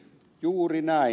juuri näin